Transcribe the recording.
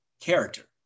character